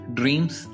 dreams